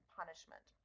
punishment